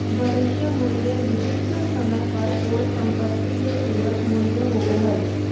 भविष्य मूल्य विशिष्ट समय पर कोय सम्पत्ति के पूरक मूल्य होबो हय